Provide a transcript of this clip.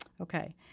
Okay